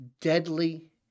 deadly